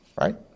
right